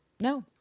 no